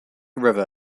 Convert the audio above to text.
river